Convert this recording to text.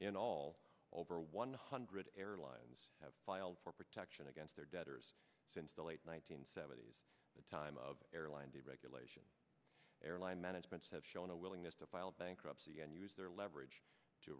in all over one hundred airlines have filed for protection against their debtors since the late one nine hundred seventy s the time of airline deregulation airline managements have shown a willingness to file bankruptcy and use their leverage to